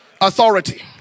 authority